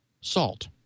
salt